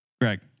Greg